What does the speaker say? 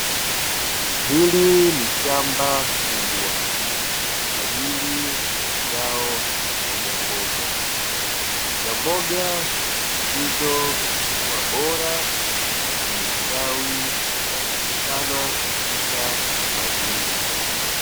Hili ni mshamba kubwa kwa ajili ya zao la mboga mboga. Mboga mboga zilizokuwa bora na zimestawi zinapatikana katika shamba hili.